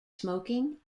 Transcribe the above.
smoking